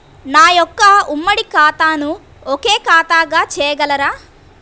నా యొక్క ఉమ్మడి ఖాతాను ఒకే ఖాతాగా చేయగలరా?